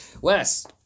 Wes